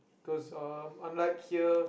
cause um unlike here